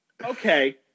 Okay